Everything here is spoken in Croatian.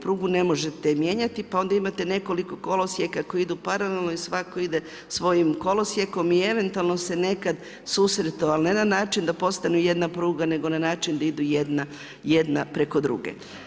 Prugu ne možete mijenjati pa onda imate nekoliko kolosijeka koji idu paralelno i svatko ide svojim kolosijekom i eventualno se nekad susretnu ali ne na način da postanu jedna pruga nego na način da idu jedna preko druge.